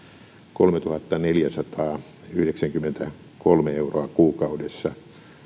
kolmetuhattaneljäsataayhdeksänkymmentäkolme euroa kuukaudessa